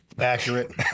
Accurate